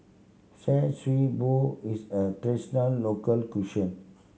Char Siew Bao is a traditional local cuisine